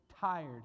tired